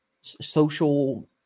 social